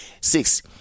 six